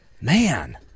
Man